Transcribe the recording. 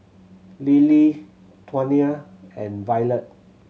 Lilie Tawnya and Violet